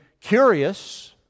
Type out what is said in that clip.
curious